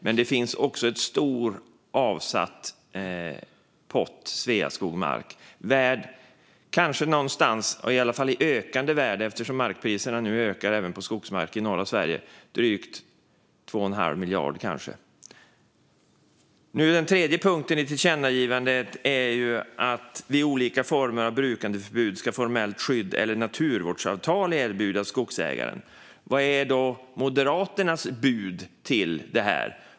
Men det finns också en stor avsatt pott Sveaskogmark som ökar i värde, eftersom priserna på skogsmark ökar även i norra Sverige - drygt 2 1⁄2 miljard. Den tredje punkten i tillkännagivandet innebär att vid olika former av brukandeförbud ska formellt skydd eller naturvårdsavtal erbjudas skogsägaren. Vad är Moderaternas bud till detta?